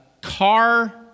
car